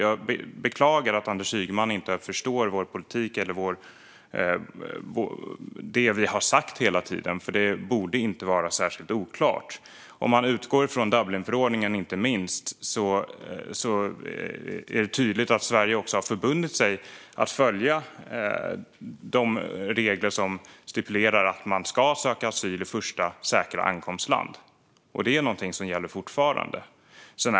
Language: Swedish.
Jag beklagar att Anders Ygeman inte förstår vår politik eller det vi hela tiden har sagt. Det borde inte vara särskilt oklart. Om vi utgår från inte minst Dublinförordningen är det tydligt att Sverige har förbundit sig att följa de regler som stipulerar att man ska söka asyl i första säkra ankomstland. Det är någonting som fortfarande gäller.